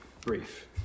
brief